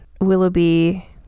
Willoughby